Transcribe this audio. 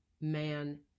man